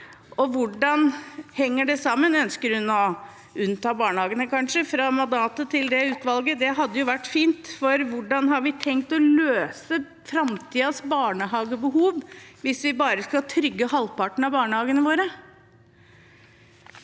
Hvordan henger det sammen? Ønsker hun kanskje å unnta barnehagene fra mandatet til avkommersialiseringsutvalget? Det hadde vært fint, for hvordan har vi tenkt å løse framtidens barnehagebehov hvis vi bare skal trygge halvparten av barnehagene våre?